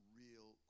real